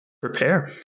prepare